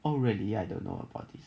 oh really I don't know about it